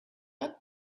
how